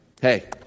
Hey